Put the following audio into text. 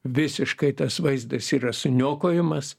visiškai tas vaizdas yra suniokojimas